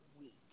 week